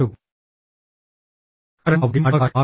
കാരണം അവർ ഗെയിം അടിമകളായി മാറി